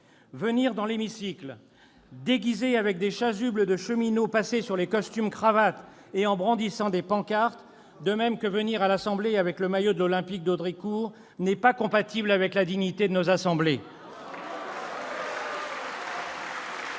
présenter dans l'hémicycle déguisé avec des chasubles de cheminots revêtues par-dessus des costumes et des cravates, en brandissant des pancartes, de même que venir à l'Assemblée nationale avec le maillot de l'Olympique d'Haudricourt n'est pas compatible avec la dignité de nos assemblées.